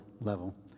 level